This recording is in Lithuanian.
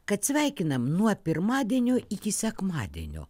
kad sveikinam nuo pirmadienio iki sekmadienio